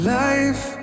life